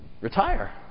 retire